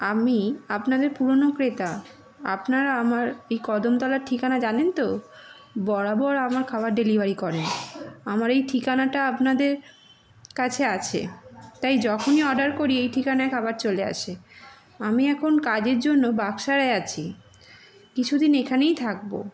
আমি আপনাদের পুরনো ক্রেতা আপনারা আমার এই কদমতলার ঠিকানা জানেন তো বরাবর আমার খাবার ডেলিভারি করেন আমার এই ঠিকানাটা আপনাদের কাছে আছে তাই যখনই অর্ডার করি এই ঠিকানায় খাবার চলে আসে আমি এখন কাজের জন্য বাকসায় আছি কিছুদিন এখানেই থাকব